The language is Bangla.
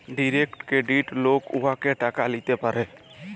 ডিরেক্ট কেরডিট লক উয়াতে টাকা ল্যিতে পারে